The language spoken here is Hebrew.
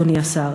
אדוני השר,